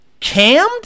Cammed